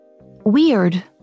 Weird